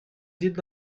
did